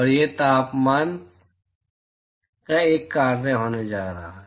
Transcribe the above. और यह तापमान का एक कार्य होने जा रहा है